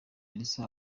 elsa